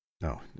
No